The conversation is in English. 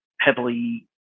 heavily